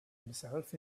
himself